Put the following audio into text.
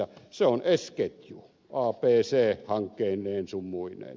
se on s ketju abc hankkeineen sun muineen